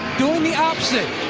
don't the opposite.